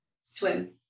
Swim